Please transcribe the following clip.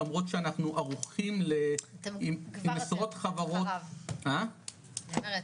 למרות שאנחנו ערוכים עם עשרות חברות --- אני אומרת,